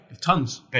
Tons